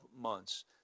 months